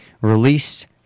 released